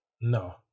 No